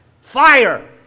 fire